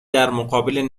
درمقابل